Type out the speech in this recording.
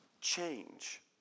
change